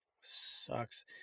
sucks